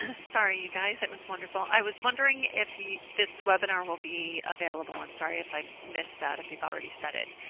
sorry you guys, it was wonderful. i was wondering if this webinar will be available. i'm sorry if i missed that if you've already said it.